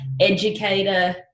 educator